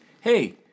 hey